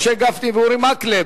משה גפני ואורי מקלב.